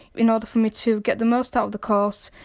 in order for me to get the most out of the course.